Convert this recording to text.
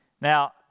Now